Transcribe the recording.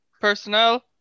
personnel